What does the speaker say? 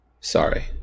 Sorry